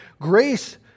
grace